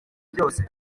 byose